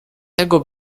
tego